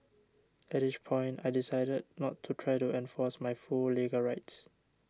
at each point I decided not to try to enforce my full legal rights